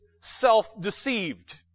self-deceived